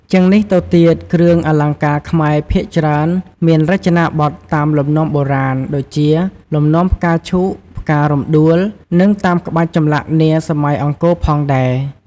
ជាងនេះទៅទៀតគ្រឿងអលង្ការខ្មែរភាគច្រើនមានរចនាបថតាមលំនាំបុរាណ ដូចជា លំនាំផ្កាឈូកផ្ការំដួល និងតាមក្បាច់ចម្លាក់នាសម័យអង្គរផងដែរ។